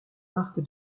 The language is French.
marque